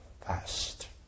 fast